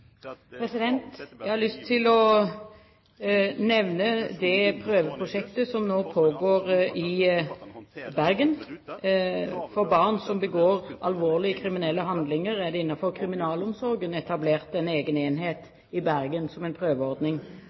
Jeg har lyst til å nevne det prøveprosjektet som nå pågår i Bergen. For barn som begår alvorlige kriminelle handlinger, er det innenfor kriminalomsorgen etablert en egen enhet i Bergen, som en prøveordning.